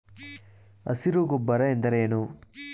ಹಸಿರು ಗೊಬ್ಬರ ಎಂದರೇನು?